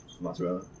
Mozzarella